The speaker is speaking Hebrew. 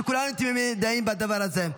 כולנו תמימי דעים בדבר הזה.